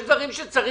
יש דברים שצריך,